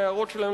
להערות שלהם,